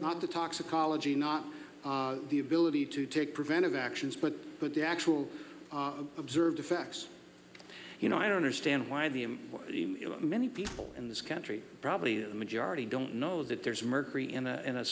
not the toxicology not the ability to take preventive actions but with the actual observed effects you know i don't understand why the i'm many people in this country probably the majority don't know that there's mercury in a